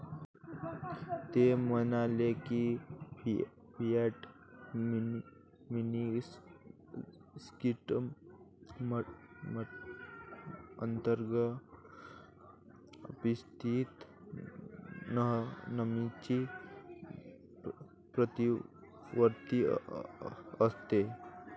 ते म्हणाले की, फियाट मनी सिस्टम अंतर्गत अपस्फीती नेहमीच प्रतिवर्ती असते